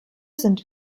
sind